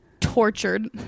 tortured